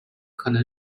可能